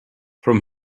from